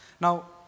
Now